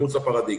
מחוץ לפרדיגמה.